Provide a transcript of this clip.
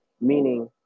meaning